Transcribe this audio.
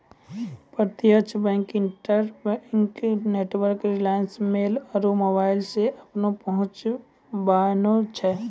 प्रत्यक्ष bank, interbank network alliance, mail आरु मोबाइलो से अपनो पहुंच बनाबै छै